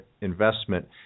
investment